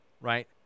right